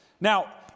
Now